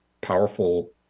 powerful